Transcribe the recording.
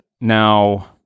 Now